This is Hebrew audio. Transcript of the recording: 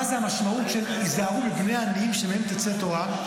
מה המשמעות של "היזהרו בבני עניים שמהם תצא תורה".